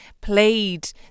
played